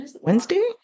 Wednesday